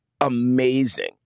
amazing